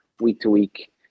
week-to-week